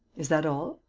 is that all?